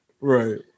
Right